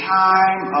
time